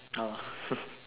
oh